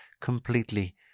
completely